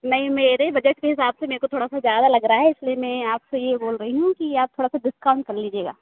नहीं मेरे बजट के हिसाब से मेको थोड़ा सा ज़्यादा लग रहा है इसलिए मैं आपसे यह बोल रही हूँ कि आप थोड़ा सा डिस्काउन्ट कर लीजिएगा